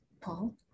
Paul